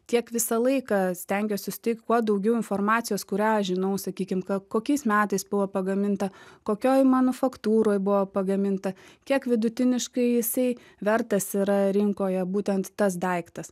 tiek visą laiką stengiuosi suteikt kuo daugiau informacijos kurią aš žinau sakykim ka kokiais metais buvo pagaminta kokioj manufaktūroj buvo pagaminta kiek vidutiniškai jisai vertas yra rinkoje būtent tas daiktas